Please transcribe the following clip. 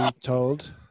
told